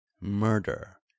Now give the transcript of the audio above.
murder